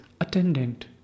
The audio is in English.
attendant